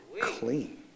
clean